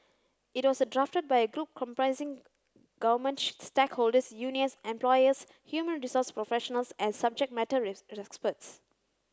it was drafted by a group comprising government stakeholders unions employers human resource professionals and subject matter